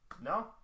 No